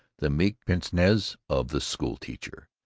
the meek pince-nez of the school teacher,